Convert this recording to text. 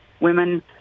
Women